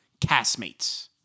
castmates